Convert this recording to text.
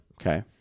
Okay